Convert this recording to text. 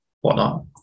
whatnot